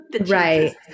right